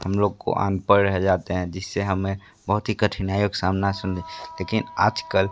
हम लोग को अनपढ़ रह जाते हैं जिससे हमें बहुत ही कठिनाइयों का सामना सुने लेकिन आजकल